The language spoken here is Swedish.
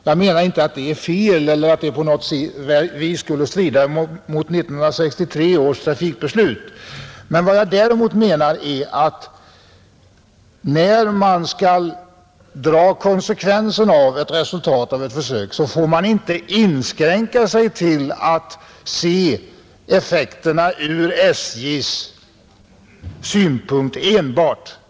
Jag anser inte att det är fel eller att det på något sätt skulle strida mot 1963 års trafikbeslut, men jag anser att när man skall dra konsekvensen av ett resultat av ett försök får man inte inskränka sig till att se effekterna enbart ur SJ:s synpunkt.